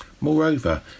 Moreover